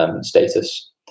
status